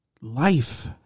Life